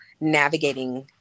navigating